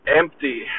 empty